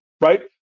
right